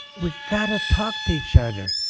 we gotta talk to each other.